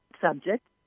subject